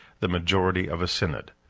the majority of a synod.